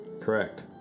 Correct